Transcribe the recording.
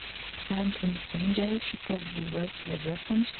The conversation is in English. and on the same day she probably wrote to her reference,